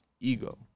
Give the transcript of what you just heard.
ego